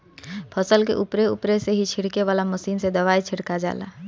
फसल के उपरे उपरे से ही छिड़के वाला मशीन से दवाई छिड़का जाला